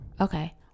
Okay